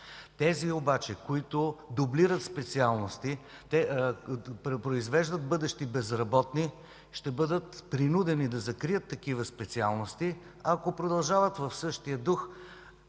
Тези обаче които дублират специалности и произвеждат бъдещи безработни, ще бъдат принудени да закрият такива специалности. Ако продължават в същия дух